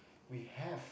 we have